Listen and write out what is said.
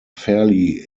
fairly